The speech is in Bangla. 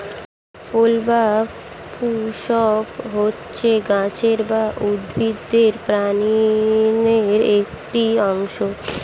ফুল বা পুস্প হচ্ছে গাছের বা উদ্ভিদের প্রজননের একটি অংশ